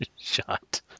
shot